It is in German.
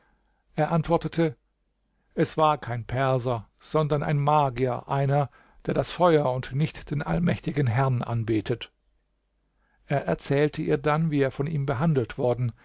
er antwortete es war kein perser sondern ein magier einer der das feuer und nicht den allmächtigen herrn anbetet er erzählte ihr dann wie er von ihm behandelt worden